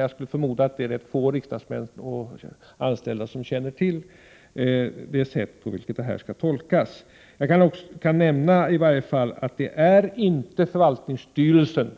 Jag skulle förmoda att det är rätt få riksdagsmän och anställda som känner till det sätt på vilket det här skall tolkas. Jag kani varje fall nämna att det inte är förvaltningsstyrelsen